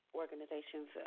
organizations